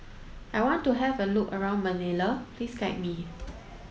I want to have a look around Manila please guide me